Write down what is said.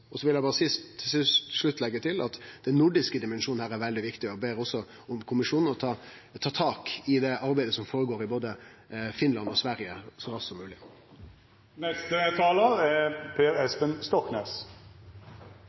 vil eg leggje til at den nordiske dimensjonen er veldig viktig, og eg ber kommisjonen om å ta tak i arbeidet som føregår i både Finland og Sverige, så raskt som